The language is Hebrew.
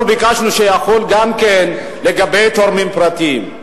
שיחול גם לגבי תורמים פרטיים.